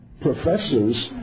professors